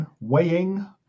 weighing